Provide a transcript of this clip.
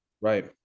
right